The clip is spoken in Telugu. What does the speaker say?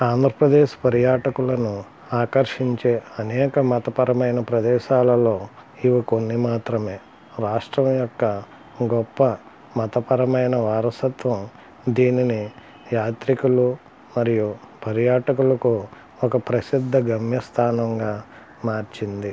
ఆంధ్రప్రదేశ్ పర్యాటకులను ఆకర్షించే అనేక మతపరమైన ప్రదేశాలలో ఇవి కొన్ని మాత్రమే రాష్ట్రం యొక్క గొప్ప మతపరమైన వారసత్వం దీనిని యాత్రికులు మరియు పర్యాటకులకు ఒక ప్రసిద్ధ గమ్యస్థానంగా మార్చింది